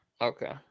Okay